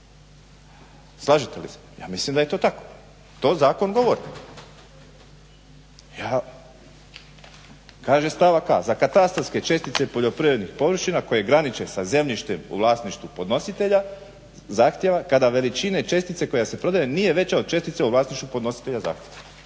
Slažete li se? ja mislim da je to tako. To zakon govori. Kaže stavak a. "Za katastarske čestice poljoprivrednih površina koje graniče sa zemljištem u vlasništvu podnositelja zahtjeva, kada veličine čestice koja se prodaje nije veća od čestice u vlasništvu podnositelja zahtjeva."